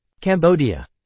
Cambodia